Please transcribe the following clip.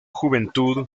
juventud